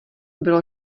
bylo